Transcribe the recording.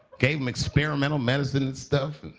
gave him experimental medicine and stuff.